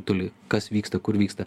toli kas vyksta kur vyksta